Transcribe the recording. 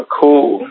cool